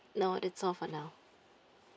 no that's all for now